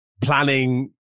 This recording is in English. planning